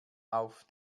auf